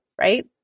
right